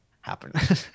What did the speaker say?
happen